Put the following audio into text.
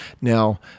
Now